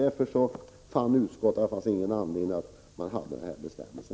Därför ansåg utskottet att det inte fanns någon anledning att ha kvar denna bestämmelse.